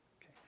Okay